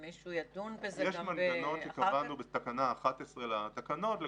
יש מנגנון שקבענו בתקנה 11 לתקנות,